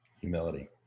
Humility